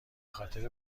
خاطر